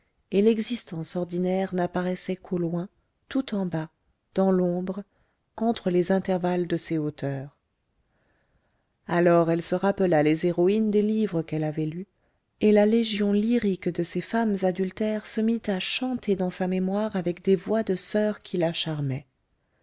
et l'existence ordinaire n'apparaissait qu'au loin tout en bas dans l'ombre entre les intervalles de ces hauteurs alors elle se rappela les héroïnes des livres qu'elle avait lus et la légion lyrique de ces femmes adultères se mit à chanter dans sa mémoire avec des voix de soeurs qui la charmaient